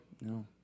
No